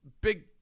big